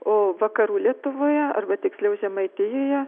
o vakarų lietuvoje arba tiksliau žemaitijoje